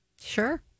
Sure